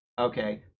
okay